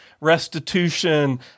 restitution